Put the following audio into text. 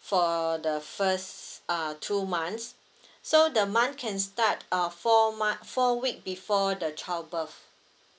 for the first uh two months so the month can start uh four mon~ four week before the child birth